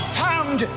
found